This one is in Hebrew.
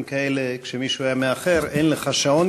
כאלה כשמישהו היה מאחר: אין לך שעון,